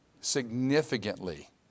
significantly